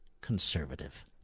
conservative